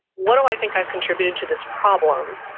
what do i think i've contributed to this problem